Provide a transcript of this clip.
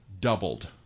doubled